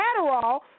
Adderall